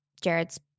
Jared's